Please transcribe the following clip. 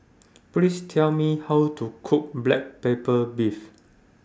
Please Tell Me How to Cook Black Pepper Beef